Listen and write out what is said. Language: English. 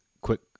quick